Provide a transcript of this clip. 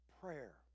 prayer